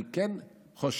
אני כן חושב